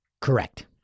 correct